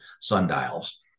sundials